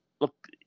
look